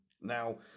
Now